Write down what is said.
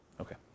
Okay